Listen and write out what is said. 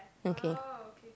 okay